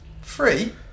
Free